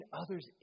others